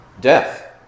Death